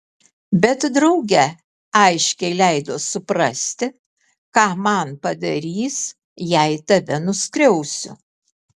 bet drauge aiškiai leido suprasti ką man padarys jei tave nuskriausiu